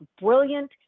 brilliant